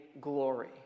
glory